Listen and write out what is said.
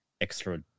extra